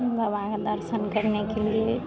बाबा के दर्शन करने के लिए